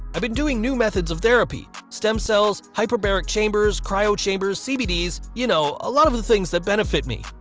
i've been doing new methods of therapy stem cells, hyperbaric chambers, cryo chambers, cbd's, you know, a lot of things that benefit me.